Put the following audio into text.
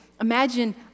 imagine